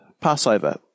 Passover